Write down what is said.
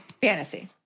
Fantasy